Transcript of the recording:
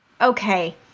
Okay